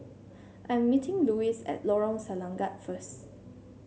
I am meeting Luis at Lorong Selangat first